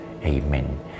Amen